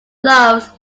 loves